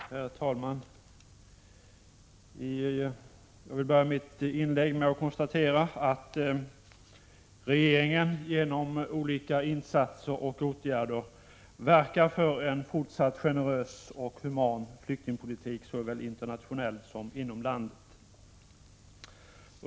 Herr talman! Jag vill börja mitt inlägg med att konstatera att regeringen genom olika insatser och åtgärder verkar för en fortsatt generös och human flyktingpolitik såväl internationellt som inom landet.